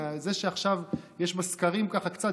זה שעכשיו יש בסקרים ככה קצת,